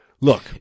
Look